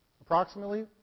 Approximately